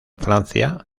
francia